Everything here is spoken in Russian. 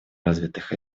развитых